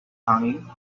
hanging